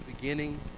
beginning